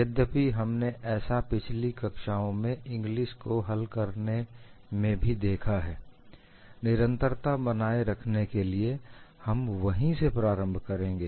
यद्यपि हमने ऐसा पिछली कक्षाओं में ईगंलिस को हल करने में भी देखा है निरंतरता बनाए रखने के लिए हम वहीं से प्रारंभ करेंगे